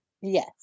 Yes